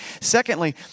Secondly